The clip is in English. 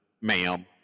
ma'am